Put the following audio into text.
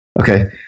Okay